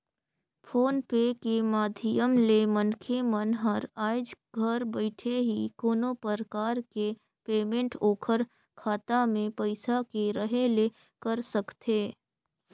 phone पे के माधियम ले मनखे मन हर आयज घर बइठे ही कोनो परकार के पेमेंट ओखर खाता मे पइसा के रहें ले कर सकथे